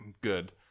Good